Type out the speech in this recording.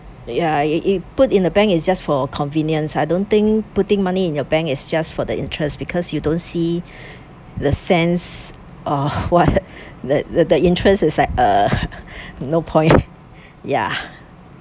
ya if if put in the bank it's just for convenience I don't think putting money in your bank is just for the interest because you don't see the sense of what that that the interest is like uh no point ya